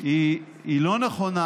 היא לא נכונה,